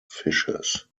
fishes